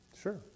Sure